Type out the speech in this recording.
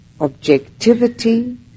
objectivity